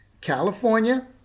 california